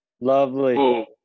Lovely